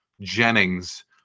Jennings